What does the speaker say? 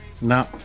No